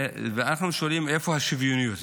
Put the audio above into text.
ואנחנו שואלים איפה השוויוניות.